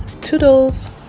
Toodles